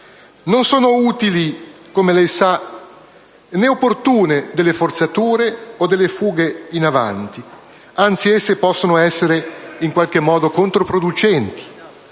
Non sono utili, come lei sa, né opportune delle forzature o delle fughe in avanti, anzi esse possono essere in qualche modo controproducenti.